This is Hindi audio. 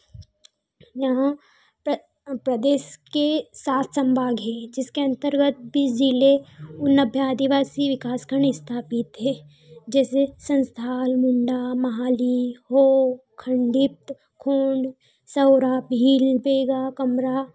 यहाँ प्र प्रदेश के सात सम्भाग है जिसके अंतर्गत बीस जिले उनभ्य आदिवासी विकासखण्ड स्थापित थे जैसे सन्सथान मुण्डा महाली हो खण्डिप्त खोंड सौरा भील बेगा कमरा